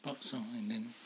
thoughts lor and then